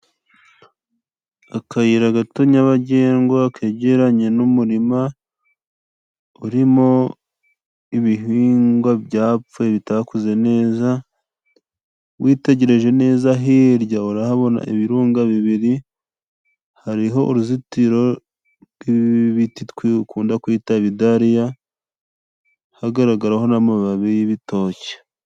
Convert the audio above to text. Akayira gato nyabagendwa kegeranye n'umurima urimo ibihingwa byapfuye bitakuze neza, witegereje neza hirya urahabona ibirunga bibiri, hariho uruzitiro rw'ibiti dukunda kwita ibidariya hagaragara ho n'amababi y'ibitoki.